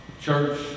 Church